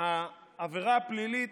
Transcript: העבירה הפלילית.